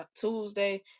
Tuesday